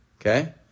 Okay